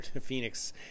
Phoenix